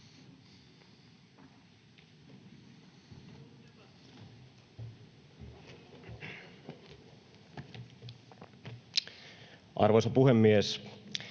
Arvoisa puhemies!